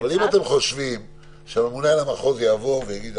האם אתם חושבים שהממונה על המחוז יעבור ויגיד